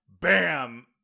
BAM